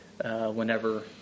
Whenever